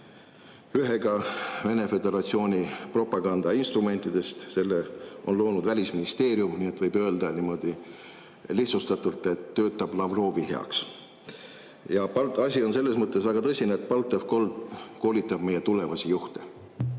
ühega Vene föderatsiooni propagandainstrumentidest. Selle on loonud välisministeerium, nii et võib öelda niimoodi lihtsustatult, et see töötab Lavrovi heaks. Asi on selles mõttes väga tõsine, et BALTDEFCOL koolitab meie tulevasi juhte